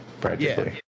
practically